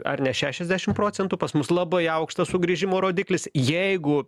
ar ne šešiasdešim procentų pas mus labai aukštas sugrįžimo rodiklis jeigu